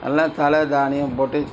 நல்லா தழை தானியம் போட்டு